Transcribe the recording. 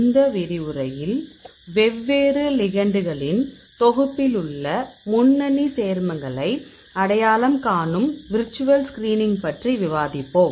இந்த விரிவுரையில்வெவ்வேறு லிகெண்டுகளின் தொகுப்பிலுள்ள முன்னணி சேர்மங்களை அடையாளம் காணும் விர்ச்சுவல் ஸ்கிரீனிங் பற்றி விவாதிப்போம்